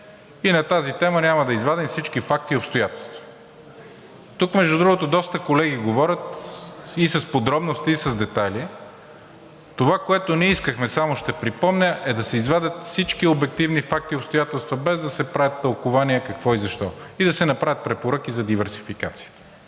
и на тази тема няма да извадим всички факти и обстоятелства. Тук, между другото, доста колеги говорят и с подробности, и с детайли. Това, което ние искахме, само ще припомня, е да се извадят всички обективни факти и обстоятелства, без да се правят тълкувания какво и защо, и да се направят препоръки за диверсификация.